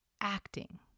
acting